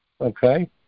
okay